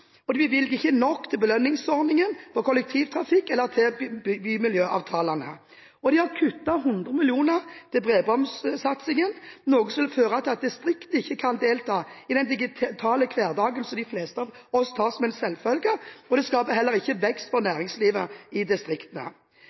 jernbane, den bevilger ikke nok til belønningsordningen for kollektivtrafikk eller til bymiljøavtalene, og den har kuttet 100 mill. kr til bredbåndssatsingen, noe som vil føre til at distriktene ikke kan delta i den digitale hverdagen som de fleste av oss tar som en selvfølge. Det skaper heller ikke vekst for næringslivet i distriktene.